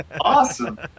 Awesome